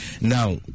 now